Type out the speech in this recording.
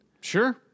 Sure